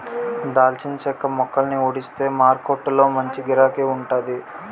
దాల్చిన చెక్క మొక్కలని ఊడిస్తే మారకొట్టులో మంచి గిరాకీ వుంటాది